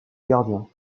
gardien